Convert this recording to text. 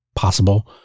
possible